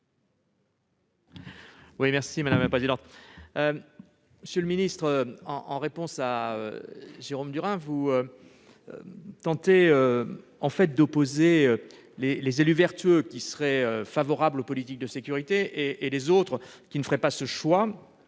pour explication de vote. Monsieur le ministre, dans votre réponse à Jérôme Durain, vous tentez d'opposer les élus vertueux, qui seraient favorables aux politiques de sécurité, et les autres, qui ne feraient pas ce choix